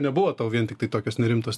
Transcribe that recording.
nebuvo tau vien tiktai tokios nerimtos